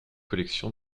collection